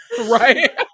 right